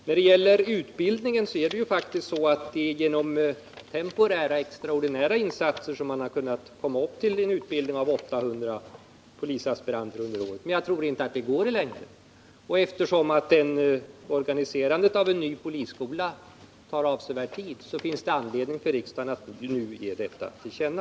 När det gäller utbildningen är det faktiskt genom temporära extraordinära insatser man kunnat komma upp till en utbildningskapacitet av 800 polisaspiranter om året, men jag tror inte att det går i längden. Eftersom organiserandet av en ny polisskola tar avsevärd tid, finns det anledning för riksdagen att redan nu ge detta till känna.